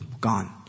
Gone